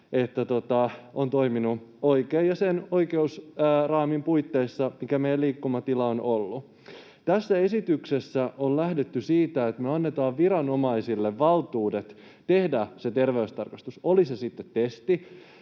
että on toiminut oikein ja sen oikeusraamin puitteissa, mikä meillä liikkumatila on ollut. Tässä esityksessä on lähdetty siitä, että me annetaan viranomaisille valtuudet tehdä se terveystarkastus, oli se sitten testi